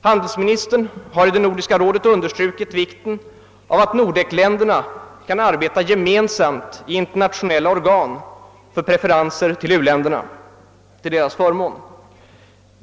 Handelsministern har i Nordiska rådet understrukit vikten av att Nordekländerna bör arbeta gemensamt i internationella organ för preferenser till uländernas förmån.